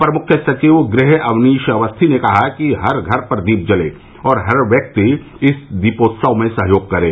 अपर मुख्य सचिव गृह अवनीश अवस्थी ने कहा कि हर घर पर दीप जले और हर व्यक्ति इस दीपोत्सव में सहयोग करे